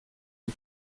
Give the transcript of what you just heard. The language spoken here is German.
die